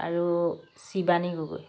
আৰু শিৱানী গগৈ